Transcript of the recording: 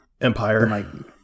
Empire